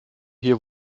hier